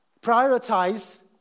Prioritize